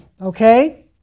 Okay